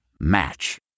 Match